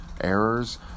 Errors